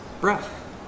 breath